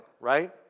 right